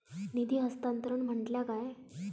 निधी हस्तांतरण म्हटल्या काय?